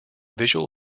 visual